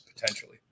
potentially